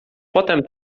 potem